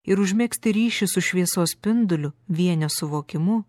ir užmegzti ryšį su šviesos spinduliu vienio suvokimu